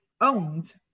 owned